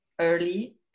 early